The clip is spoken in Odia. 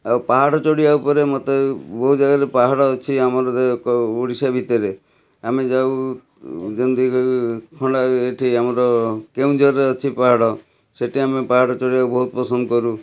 ଆଉ ପାହାଡ଼ ଚଢ଼ିବା ଉପରେ ମତେ ବହୁ ଜାଗାରେ ପାହାଡ଼ ଅଛି ଆମ ଓଡ଼ିଶା ଭିତରେ ଆମେ ଯାଉ ଯେମିତି ଖଣ୍ଡାଗିରିଠି ଆମର କେଉଁଝରରେ ଅଛି ପାହାଡ଼ ସେଇଠି ଆମେ ପାହାଡ଼ ଚଢ଼ିବା ପାଇଁ ବହୁତ ପସନ୍ଦ କରୁ